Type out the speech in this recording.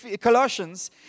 Colossians